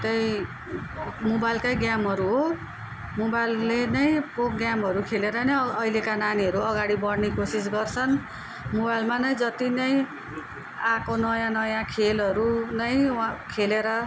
त्यही मोबाइलकै गेमहरू हो मोबाइलले नै पो गेमहरू खेलेर नै अहिलेका नानीहरू अगाडि बढ्ने कोसिस गर्छन् मोबाइलमा नै जति नै आएको नयाँ नयाँ खेलहरू नै वहाँ खेलेर